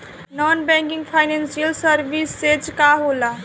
Non banking financial services का होला?